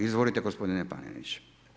Izvolite gospodine Panenić.